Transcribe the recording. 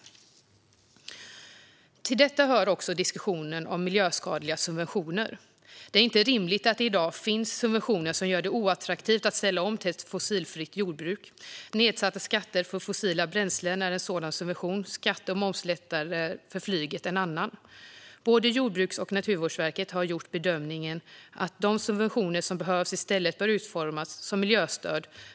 Till detta hör också diskussionen om miljöskadliga subventioner. Det är inte rimligt att det i dag finns subventioner som gör det oattraktivt att ställa om till ett fossilfritt jordbruk. Nedsatta skatter för fossila bränslen är en sådan subvention; skatte och momslättnader för flyget är en annan. Både Jordbruksverket och Naturvårdsverket har gjort bedömningen att de subventioner som behövs i stället bör utformas som miljöstöd.